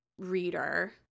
Reader